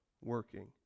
working